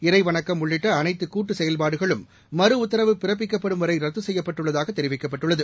இறைவணக்கம் உள்ளிட்ட அனைத்து கூட்டு செயல்பாடுகளும் மறு உத்தரவு பிறப்பிக்கப்படும் வரை ரத்து செய்யப்பட்டுள்ளதாக தெரிவிக்கப்பட்டுள்ளது